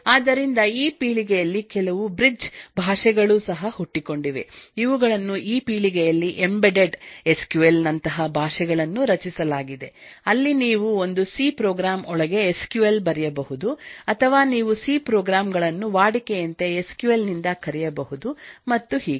ಆದ್ದರಿಂದಈ ಪೀಳಿಗೆಯಲ್ಲಿಕೆಲವು ಬ್ರಿಜ್ ಭಾಷೆಗಳೂ ಸಹ ಹುಟ್ಟಿಕೊಂಡಿವೆ ಇವುಗಳನ್ನುಈ ಪೀಳಿಗೆಯಲ್ಲಿ ಎಂಬೆಡೆಡ್ ಎಸ್ ಕ್ಯೂ ಎಲ್ ನಂತಹ ಭಾಷೆಗಳನ್ನು ರಚಿಸಲಾಗಿದೆ ಅಲ್ಲಿ ನೀವು ಒಂದು ಸಿ ಪ್ರೋಗ್ರಾಂ ಒಳಗೆ ಎಸ್ ಕ್ಯೂ ಎಲ್ ಬರೆಯಬಹುದು ಅಥವಾನೀವು ಸಿ ಪ್ರೋಗ್ರಾಂ ಗಳನ್ನು ವಾಡಿಕೆಯಂತೆ ಎಸ್ ಕ್ಯೂಎಲ್ ನಿಂದ ಕರೆಯಬಹುದು ಮತ್ತು ಹೀಗೆ